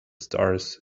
stars